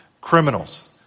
criminals